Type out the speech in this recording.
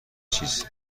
چیز